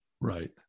Right